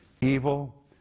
evil